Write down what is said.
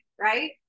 right